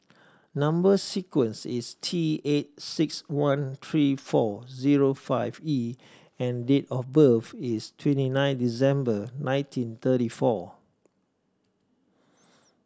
number sequence is T eight six one three four zero five E and date of birth is twenty nine December nineteen thirty four